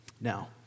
Now